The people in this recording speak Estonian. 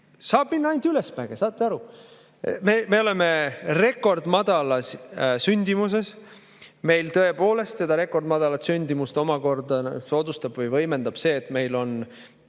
Saab minna ainult ülesmäge, saate aru! Me oleme rekordmadalas sündimuses. Meil tõepoolest seda rekordmadalat sündimust omakorda soodustab või võimendab see, et meil on